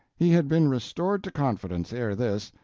he had been restored to confidence ere this,